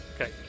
Okay